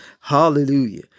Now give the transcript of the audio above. Hallelujah